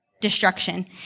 destruction